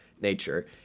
nature